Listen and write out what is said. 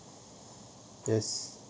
yes